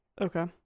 Okay